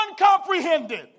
uncomprehended